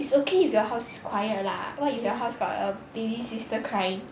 is okay if your house is quiet lah what if your house got a baby sister crying